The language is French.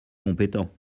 compétents